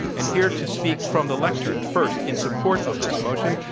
and here to speak from the lectern first in support of this motion,